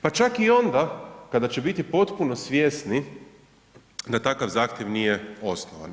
Pa čak i onda kada će biti potpuno svjesni da takav zahtjev nije osnovan.